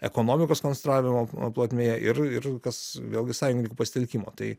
ekonomikos konstravimo plotmėje ir ir kas vėlgi sąjungininkų pasitelkimo tai